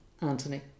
Anthony